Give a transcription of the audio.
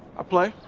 play.